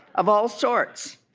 of all sorts,